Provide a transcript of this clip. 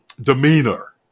demeanor